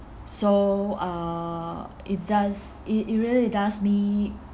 so uh it does it it really does me